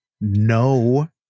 No